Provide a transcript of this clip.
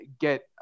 get